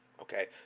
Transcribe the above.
okay